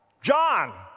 John